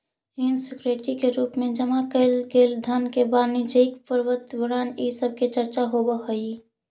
ऋण सिक्योरिटी के रूप में जमा कैइल गेल धन वाणिज्यिक प्रपत्र बॉन्ड इ सब के चर्चा होवऽ हई